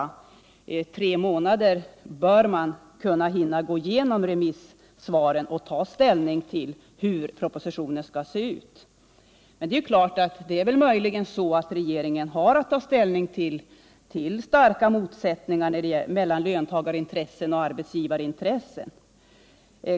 På tre månader bör man hinna gå igenom remissvaren och ta ställning till hur propositionen skall se ut. Möjligen är det så att regeringen har att ta ställning till starka motsättningar .mellan löntagarintressen och arbetsgivarintressen.